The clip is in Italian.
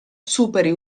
superi